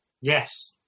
Yes